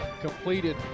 completed